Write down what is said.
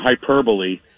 hyperbole